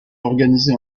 organisé